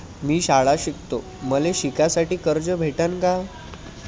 मी शाळा शिकतो, मले शिकासाठी कर्ज भेटन का?